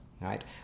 right